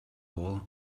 all